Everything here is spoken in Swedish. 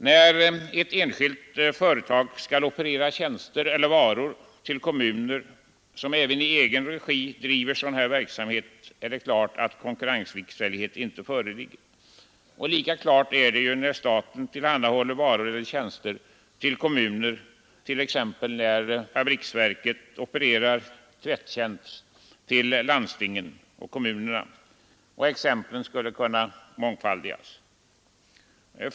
När ett enskilt företag skall offerera tjänster eller varor till kommuner, som även i egen regi bedriver sådan verksamhet, är det klart att konkurrenslikställighet inte föreligger. Förhållandet är lika klart när staten tillhandahåller varor eller tjänster till kommuner, t.ex. när förenade fabriksverken offererar tvättjänst till landstingen och kommunerna. Exemplen skulle kunna mångfaldigas.